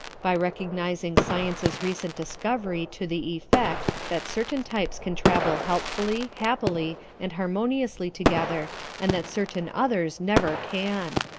by recognizing science's recent discovery to the effect that certain types can travel helpfully, happily and harmoniously together and that certain others never can.